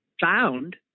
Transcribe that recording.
found